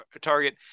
target